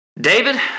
David